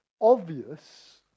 obvious